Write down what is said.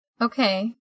Okay